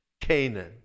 Canaan